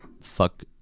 Fuck